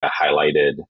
highlighted